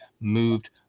moved